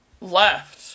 left